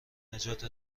نجات